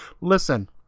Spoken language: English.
Listen